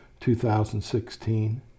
2016